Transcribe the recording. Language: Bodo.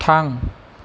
थां